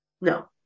No